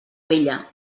vella